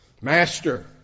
Master